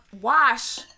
Wash